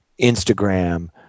Instagram